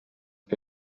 que